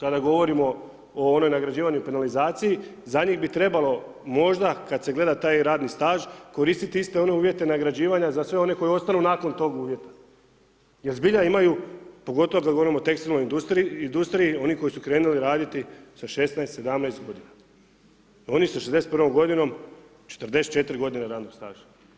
kada govorim o onoj nagrađivanoj penalizaciji, za njih bi trebalo možda kad se gleda taj radni staž, koristiti iste one uvjete nagrađivanja za sve one koji ostanu nakon tog uvjeta jer zbilja imaju pogotovo kad govorimo o tekstilnoj industriji, oni koji su krenuli raditi sa 16, 17 g, oni sa 61 g., 44 radnog staža.